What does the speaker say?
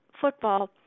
football